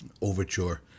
overture